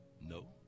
No